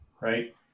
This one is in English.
right